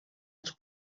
els